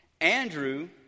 Andrew